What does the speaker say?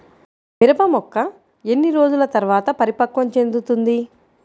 మిరప మొక్క ఎన్ని రోజుల తర్వాత పరిపక్వం చెందుతుంది?